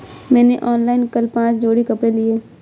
मैंने ऑनलाइन कल पांच जोड़ी कपड़े लिए